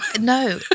No